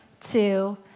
two